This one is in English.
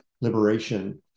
liberation